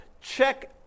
check